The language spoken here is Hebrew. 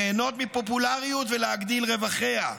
ליהנות מפופולריות ולהגדיל רווחיה.